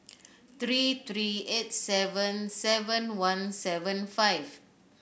three three eight seven seven one seven five